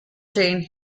jane